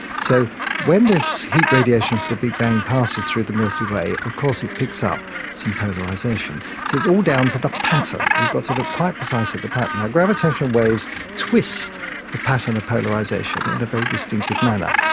so when this heat radiation from the big bang passes through the milky way, of course it picks up some polarisation. so it's all down to the pattern. you've got to look quite precisely at the pattern. now, gravitational waves twist the pattern of polarisation in a very distinctive manner,